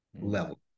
level